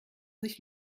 sich